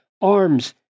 arms